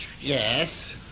Yes